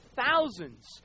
thousands